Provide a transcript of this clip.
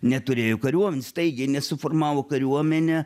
neturėjo kariuomenės staigiai nesuformavo kariuomenę